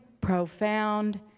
profound